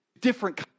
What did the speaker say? Different